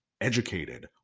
educated